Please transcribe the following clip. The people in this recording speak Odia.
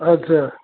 ଆଚ୍ଛା